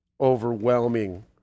overwhelming